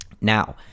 Now